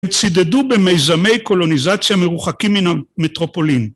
צידדו במיזמי קולוניזציה מרוחקים מן המטרופולין.